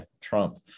Trump